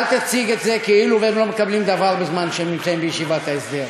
אל תציג את זה כאילו הם לא מקבלים דבר בזמן שהם נמצאים בישיבת ההסדר.